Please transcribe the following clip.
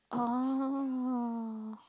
oh